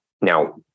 Now